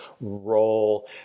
role